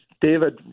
David